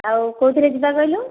ଆଉ କେଉଁଥିରେ ଯିବା କହିଲୁ